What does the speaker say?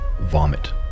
vomit